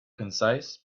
concise